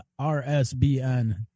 RSBN